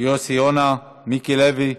יוסי יונה, מיקי לוי,